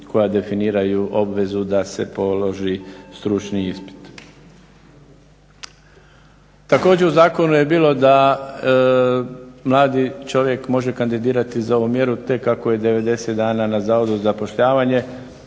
koja definiraju obvezu da se položi stručni ispit. Također u zakonu je bilo da mladi čovjek može kandidirati za ovu mjeru tek ako je 90 dana na Zavodu za zapošljavanje.